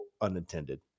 unintended